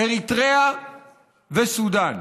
אריתריאה וסודאן.